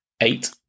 Eight